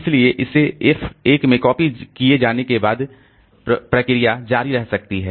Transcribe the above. इसलिए इसे f 1 में कॉपी किए जाने के बाद प्रोसेस जारी रह सकती है